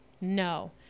no